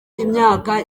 imyaka